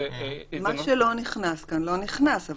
מה שלא נכנס כאן לא נכנס.